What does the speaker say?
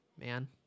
man